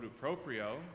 proprio